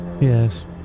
Yes